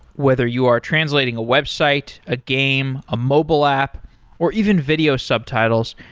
whether you are translating a website, a game, a mobile app or even video subtitles,